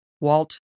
Walt